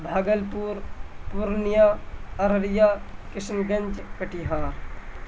Bhagalpur Purnia Araria Kishanganj Katihar